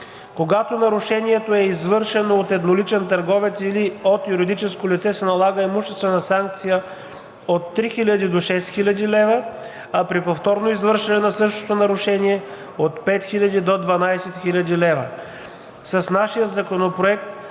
Когато нарушението е извършено от едноличен търговец или от юридическо лице, се налага имуществена санкция от 3000 до 6000 лв., а при повторно извършване на същото нарушение – от 5000 до 12 000 лв.